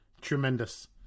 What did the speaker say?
Tremendous